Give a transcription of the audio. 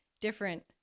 different